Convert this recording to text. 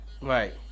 Right